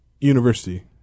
university